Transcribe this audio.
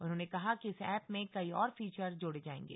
उन्होंने कहा कि इस एप में कई और फीचर जोड़े जायेंगे